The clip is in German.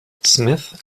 smiths